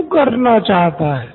ये भी एक कारण हो सकता हैं